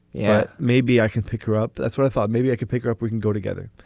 yeah. maybe i can pick her up. that's what i thought maybe i could pick her up. we can go together.